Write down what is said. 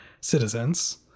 citizens